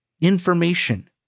information